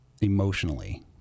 emotionally